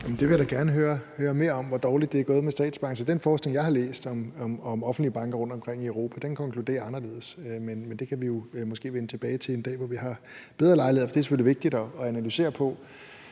Jeg vil da gerne høre mere om, hvor dårligt det er gået med statsbanker. Den forskning, jeg har læst om offentlige banker rundtomkring i Europa, konkluderer anderledes, men det kan vi måske vende tilbage til en dag, hvor vi har bedre lejlighed til det, for det er selvfølgelig vigtigt at analysere på